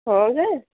ହଁ ଯେ